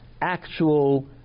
actual